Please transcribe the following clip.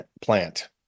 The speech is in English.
plant